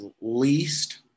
least